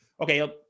okay